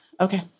Okay